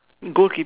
goal keep